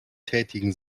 tätigen